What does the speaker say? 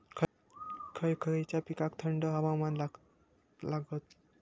खय खयच्या पिकांका थंड हवामान लागतं?